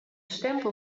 stempel